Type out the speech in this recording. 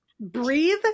breathe